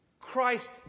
Christ